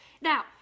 Now